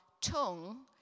tongue